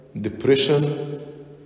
depression